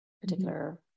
particular